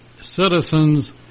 citizens